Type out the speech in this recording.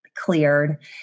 cleared